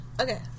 Okay